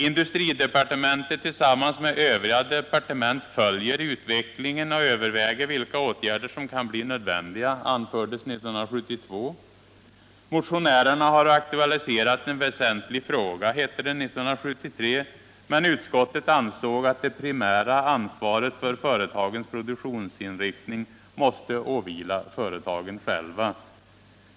: Industridepartementet tillsammans med övriga berörda departement följer utvecklingen och överväger vilka åtgärder som kan bli nödvändiga, anfördes 1972. Motionärerna har aktualiserat en väsentlig fråga, hette det 1973, men utskottet ansåg att det primära ansvaret för företagens produktionsinriktning måste åvila företagen själva.